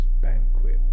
banquet